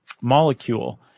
molecule